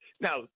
Now